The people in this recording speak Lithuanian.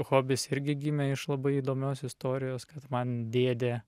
hobis irgi gimė iš labai įdomios istorijos kad man dėdė